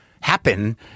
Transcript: happen